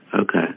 Okay